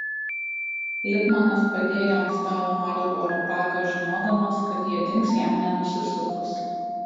lipmanas padėjo ant stalo marlboro paką žinodamas kad jie dings jam nenusisukus